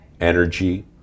energy